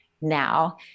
now